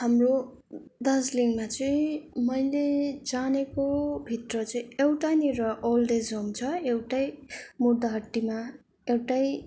हाम्रो दार्जिलिङमा चाहिँ मैले जानेको भित्र चाहिँ एउटानेर ओल्ड एज होम छ एउटा मुर्दा हट्टीमा एउटा